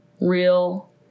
real